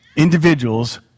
individuals